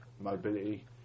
mobility